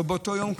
או עוד באותו יום,